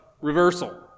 reversal